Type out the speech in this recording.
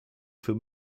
für